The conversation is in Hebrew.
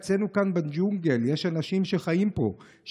אצלנו כאן בג'ונגל יש אנשים שחיים פה,